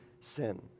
sin